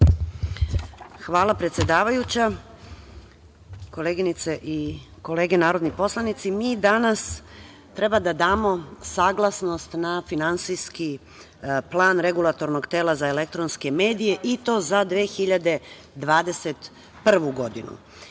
Hvala, predsedavajuća. Koleginice i kolege narodni poslanici, mi danas treba da damo saglasnost na Finansijski plan Regulatornog tela za elektronske medije, i to za 2021. godinu.